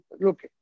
Look